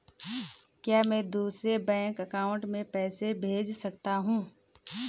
क्या मैं दूसरे बैंक अकाउंट में पैसे भेज सकता हूँ?